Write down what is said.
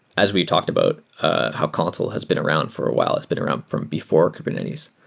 as we talked about how consul has been around for a while, it's been around from before kubernetes.